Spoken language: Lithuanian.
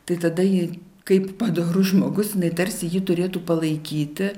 tai tada ji kaip padorus žmogus jinai tarsi ji turėtų palaikyti